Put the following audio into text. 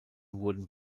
wurden